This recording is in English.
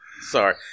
Sorry